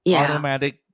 automatic